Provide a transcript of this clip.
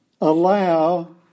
allow